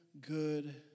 good